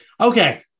Okay